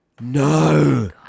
No